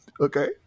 Okay